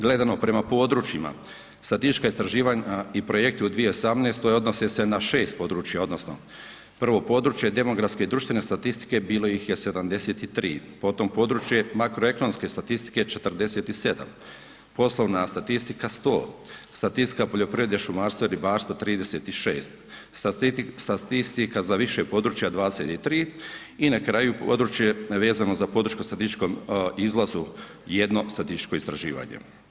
Gledano prema područjima statistička istraživanja i projekti u 2018. odnose se na 6 područja odnosno prvo područje demografske i društvene statistike bilo ih je 73, potom područje makroekonomske statistike 47, poslovna statistika 100, statistika poljoprivrede, šumarstva, ribarstva 36, statistika za više područja 23 i na kraju područje vezano za podršku statističkom izlazu 1 statističko istraživanje.